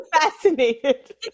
fascinated